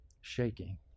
shaking